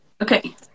okay